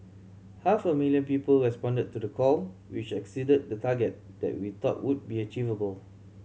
half a million people responded to the call which exceeded the target that we thought would be achievable